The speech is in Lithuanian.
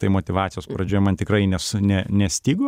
tai motyvacijos pradžioj man tikrai nes ne nestigo